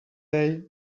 day